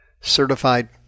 certified